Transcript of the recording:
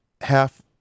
half